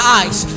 eyes